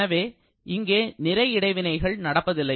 எனவே இங்கே நிறை இடைவினைகள் நடப்பதில்லை